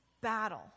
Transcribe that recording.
battle